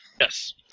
Yes